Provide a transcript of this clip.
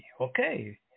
Okay